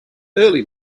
early